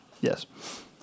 yes